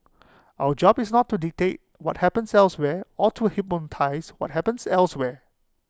our job is not to dictate what happens elsewhere or to what happens elsewhere